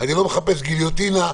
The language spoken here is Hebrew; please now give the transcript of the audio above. אני לא מחפש גיליוטינה,